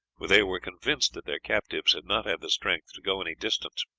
for they were convinced that their captives had not had the strength to go any distance.